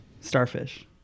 Starfish